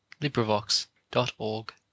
LibriVox.org